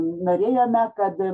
norėjome kad